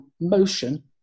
motion